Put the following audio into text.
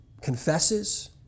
confesses